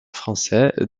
français